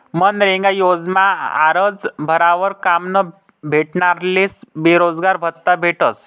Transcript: मनरेगा योजनामा आरजं भरावर काम न भेटनारस्ले बेरोजगारभत्त्ता भेटस